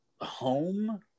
home